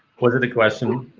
what are the question?